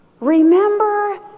remember